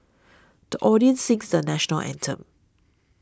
the audience sings the National Anthem